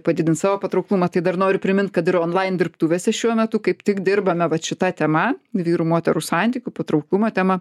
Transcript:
padidint savo patrauklumą tai dar noriu primint kad ir onlain dirbtuvėse šiuo metu kaip tik dirbame vat šita tema vyrų moterų santykių patrauklumo tema